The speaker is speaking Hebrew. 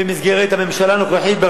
במסגרת הממשלה הנוכחית,